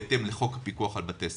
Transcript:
בהתאם לחוק הפיקוח על בתי ספר.